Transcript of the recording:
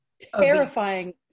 Terrifying